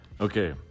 Okay